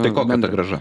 tai kokia ta grąža